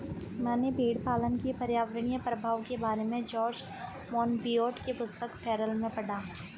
मैंने भेड़पालन के पर्यावरणीय प्रभाव के बारे में जॉर्ज मोनबियोट की पुस्तक फेरल में पढ़ा